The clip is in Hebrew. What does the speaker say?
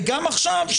אין בעיה.